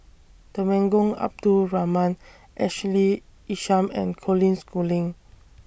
Temenggong Abdul Rahman Ashley Isham and Colin Schooling